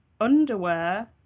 underwear